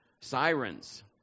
Sirens